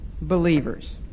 believers